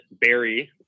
Barry